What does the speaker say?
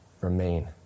remain